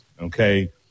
okay